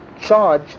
charge